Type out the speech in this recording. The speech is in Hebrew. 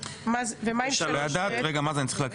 הכהן.